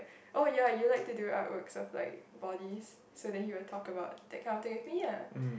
oh ya you like to do art works of like bodies so then he will talk about that kind of thing with me lah